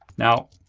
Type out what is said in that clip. now,